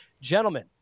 gentlemen